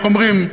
איך אומרים,